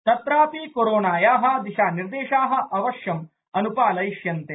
तत्रापि कोरोनाया दिशा निर्देशा अवश्यं अन्पालयिष्यन्ते